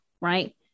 right